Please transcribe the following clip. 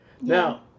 Now